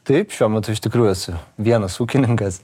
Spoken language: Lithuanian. taip šiuo metu iš tikrųjų esu vienas ūkininkas